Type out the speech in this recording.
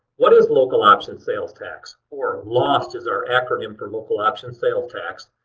what is local option sales tax, or lost is our acronym for local option sales tax.